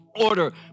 order